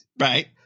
Right